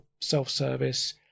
self-service